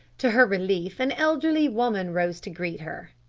to her relief an elderly woman rose to greet her.